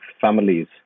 families